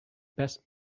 best